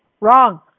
wrong